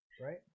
Right